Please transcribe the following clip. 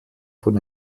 von